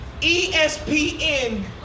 ESPN